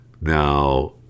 Now